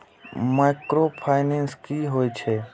Micro finance कि होई छै?